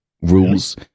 Rules